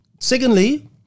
secondly